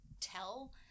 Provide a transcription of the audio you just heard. tell